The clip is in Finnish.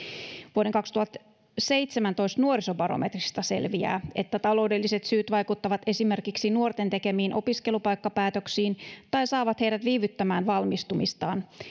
vuoden kaksituhattaseitsemäntoista nuorisobarometristä selviää että taloudelliset syyt vaikuttavat esimerkiksi nuorten tekemiin opiskelupaikkapäätöksiin tai saavat heidät viivyttämään valmistumistaan